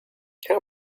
how